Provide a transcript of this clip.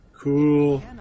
Cool